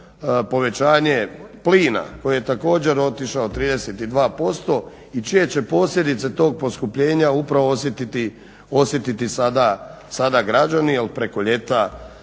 povećanje plina koji je također otišao 32% i čije će posljedice tog poskupljenja upravo osjetiti sada građani jer preko ljeta